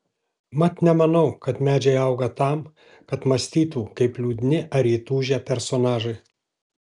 mat nemanau kad medžiai auga tam kad mąstytų kaip liūdni ar įtūžę personažai